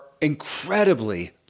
incredibly